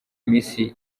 miss